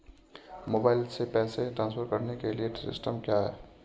Mobile से पैसे transfer करने के लिए सिस्टम क्या है?